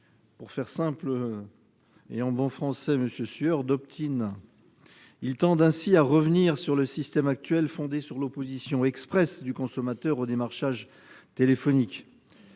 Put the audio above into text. pour faire simple et en bon français, monsieur Sueur, d'. Ils tendent ainsi à revenir sur le système actuel fondé sur l'opposition expresse du consommateur au démarchage téléphonique.